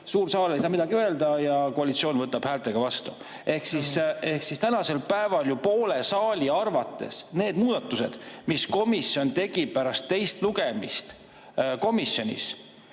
suur saal ei saa midagi öelda ja koalitsioon võtab häältega vastu. Ehk siis tänasel päeval ju poole saali arvates need muudatused, mis komisjon tegi pärast teist lugemist komisjonis,